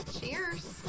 cheers